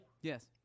Yes